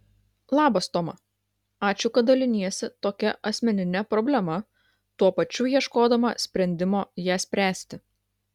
labas toma ačiū kad daliniesi tokia asmenine problema tuo pačiu ieškodama sprendimo ją spręsti